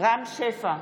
רם שפע,